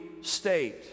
state